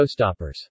showstoppers